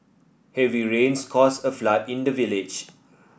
heavy rains caused a flood in the village